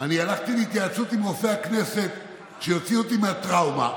הלכתי להתייעצות עם רופא הכנסת שיוציא אותי מהטראומה.